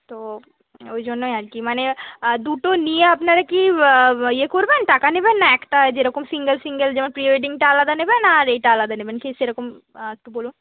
তো ওই জন্যই আর কি মানে দুটো নিয়ে আপনারা কি ইয়ে করবেন টাকা নেবেন না একটা যেরকম সিঙ্গেল সিঙ্গেল যেমন প্রি ওয়েডিংটা আলাদা নেবেন আর এইটা আলাদা নেবেন কি সেরকম একটু বলুন